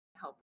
help